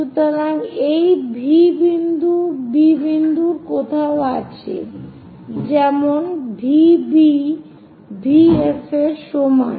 সুতরাং এই V বিন্দুটি B বিন্দুর কোথাও আছে যেমন V B V F এর সমান